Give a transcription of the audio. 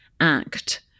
Act